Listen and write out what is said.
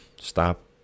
stop